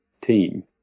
team